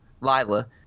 Lila